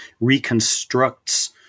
reconstructs